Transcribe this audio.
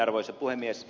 arvoisa puhemies